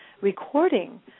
recording